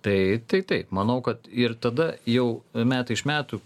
tai tai taip manau kad ir tada jau metai iš metų